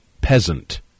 peasant